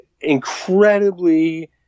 incredibly